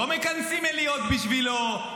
לא מכנסים מליאות בשבילו,